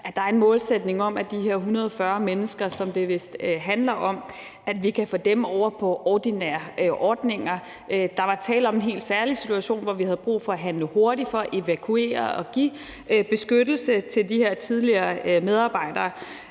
at der er en målsætning om, at vi kan få de her 140 mennesker, som det vist handler om, over på ordinære ordninger. Der var tale om en helt særlig situation, hvor vi havde brug for at handle hurtigt for at evakuere og give beskyttelse til de her tidligere medarbejdere,